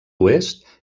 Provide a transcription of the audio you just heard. oest